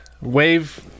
wave